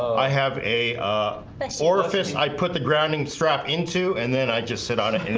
i have a ah so orifice and i put the grounding strap into and then i just sit on a head,